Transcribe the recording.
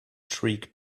shriek